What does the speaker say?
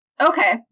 Okay